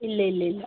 ഇല്ല ഇല്ല ഇല്ല